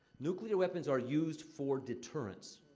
nuclear weapons are used for deterrence.